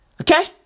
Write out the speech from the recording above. Okay